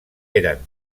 eren